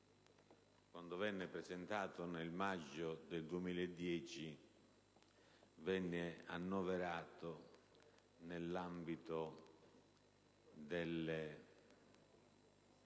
quando venne presentato nel maggio 2010, venne annoverato nell'ambito delle